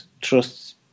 Trust's